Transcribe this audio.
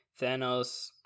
Thanos